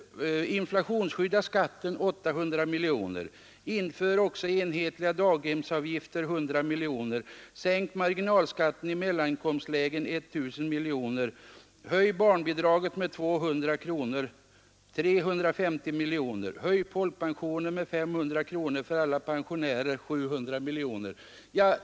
Inflationsskydd av skatten kostar 800 miljoner kronor. Inför också enhetliga daghemsavgifter, 100 miljoner. Sänk marginalskatten i mellaninkomstlägen — 1000 miljoner. Höj barnbidraget med 200 kronor per barn — det blir 350 miljoner — och höj folkpensionen med 500 kronor för alla pensionärer, vilket gör 700 miljoner.